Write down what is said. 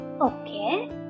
Okay